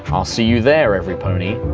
um i'll see you there, everypony.